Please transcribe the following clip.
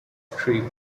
creek